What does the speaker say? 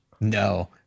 No